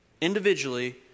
individually